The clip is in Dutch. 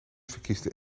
verkiest